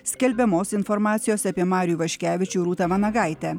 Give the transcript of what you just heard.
skelbiamos informacijos apie marių ivaškevičių rūtą vanagaitę